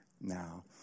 now